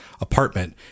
apartment